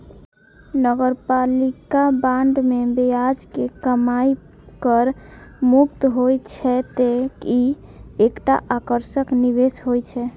नगरपालिका बांड मे ब्याज के कमाइ कर मुक्त होइ छै, तें ई एकटा आकर्षक निवेश होइ छै